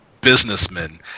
businessmen